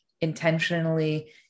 intentionally